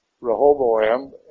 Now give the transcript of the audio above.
Rehoboam